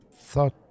thought